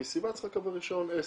מסיבה צריכה לקבל רישיון עסק.